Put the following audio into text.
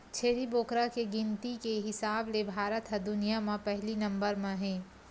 छेरी बोकरा के गिनती के हिसाब ले भारत ह दुनिया म पहिली नंबर म हे